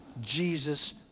Jesus